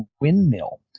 Windmill